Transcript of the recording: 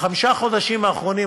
בחמישה החודשים האחרונים,